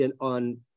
On